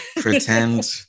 pretend